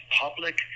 public